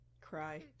Cry